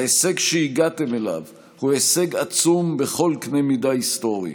ההישג שהגעתם אליו הוא הישג עצום בכל קנה מידה היסטורי.